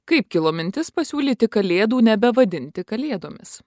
kaip kilo mintis pasiūlyti kalėdų nebevadinti kalėdomis